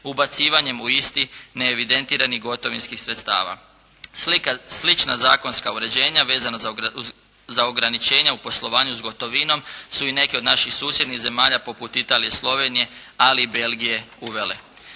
ubacivanjem u isti neevidentirani gotovinskih sredstava. Slična zakonska uređenja vezana za ograničenja u poslovanju sa gotovinom su i neke od naših susjednih zemalja poput Italije i Slovenije ali i Belgije uvele.